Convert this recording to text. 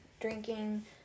drinking